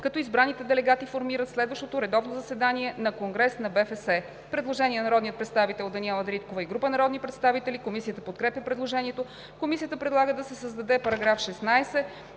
като избраните делегати формират следващото редовно заседание на конгрес на БФС.“ Предложение на народния представител Даниела Дариткова и група народни представители. Комисията подкрепя предложението. Комисията предлага да се създаде § 16: „§ 16.